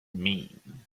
mean